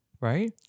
Right